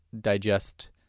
digest